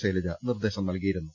ശൈലജ നിർദേശം നൽകിയിരുന്നു